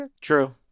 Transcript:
True